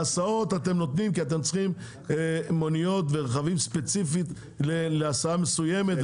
בהסעות אתם נותנים כי אתם צריכים מוניות ורכבים ספציפיים להסעה מסוימת.